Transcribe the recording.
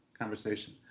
conversation